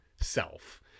self